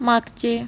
मागचे